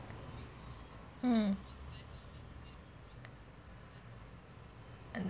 mm